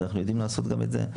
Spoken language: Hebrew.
אז אנחנו יודעים לעשות גם את זה.